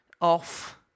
off